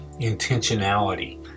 intentionality